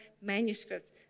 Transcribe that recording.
manuscripts